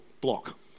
block